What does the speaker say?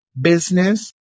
business